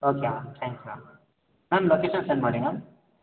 okay ma'am thanks ma'am location send ಮಾಡಿ ma'am